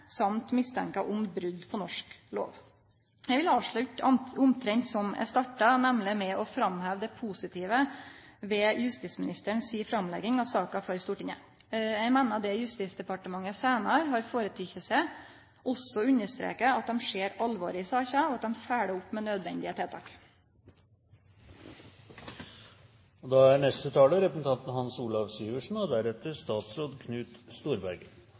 om brot på norsk lov. Eg vil avslutte omtrent som eg starta, nemleg med å framheve det positive ved justisministeren si framlegging av saka for Stortinget. Eg meiner det Justisdepartementet seinare har føreteke seg, også understrekar at dei ser alvoret i saka, og at dei følgjer opp med nødvendige tiltak. Kristelig Folkeparti er